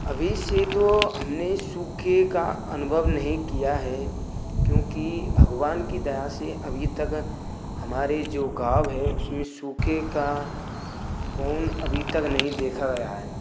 अभी से तो हमने सूखे का अनुभव नहीं किया है क्योंकि भगवान की दया से अभी तक हमारे जो गाँव है उसमें सूखे का कौन अभी तक नहीं देखा गया है